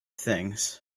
things